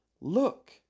Look